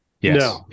Yes